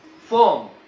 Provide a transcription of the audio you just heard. form